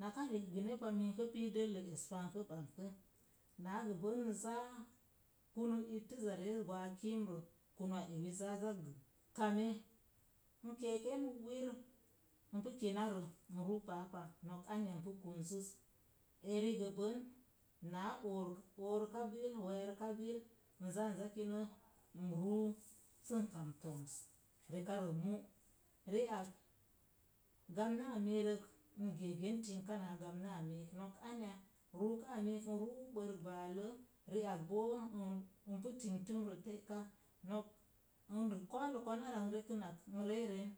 Naka ri'gəne pa mii kə pii dəllə es pa nkə bumkə. Na gəbən n zaa kunu ittəza reez gwaak n zaa kunu ittəza reez gwaak kiimrə, kunuwa ewi zaa za kame. N keeken hvir n pu kinarə n ruu paa pa nok anya n pu kunzəz. Eri gəbən naa gə ooruka bil, we̱e̱rəka bil n zaa nza kinə n ruu sən kam to̱ms rekarə mu'. Ri'ak gapna miirək n gee gen tingka naa gapna miik, nok anya? Ruuka miik n ruu bərk baalə, ri'ak boo n pu tingtumrə te’ ka no̱k mina ko̱o̱lo ko̱n ara n retənak, n ree ren